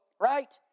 right